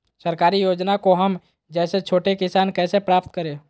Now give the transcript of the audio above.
सरकारी योजना को हम जैसे छोटे किसान कैसे प्राप्त करें?